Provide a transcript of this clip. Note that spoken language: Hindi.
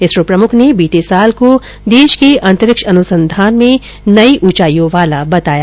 इसरो प्रमुख ने बीते साल को देश के अंतरिक्ष अनुसंधान में नई उंचाईयों वाला बताया